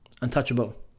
untouchable